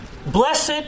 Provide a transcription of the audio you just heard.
Blessed